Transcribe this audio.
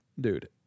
Dude